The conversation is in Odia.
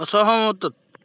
ଅସହମତ